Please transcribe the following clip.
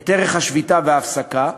את ערך השביתה וההפסקה,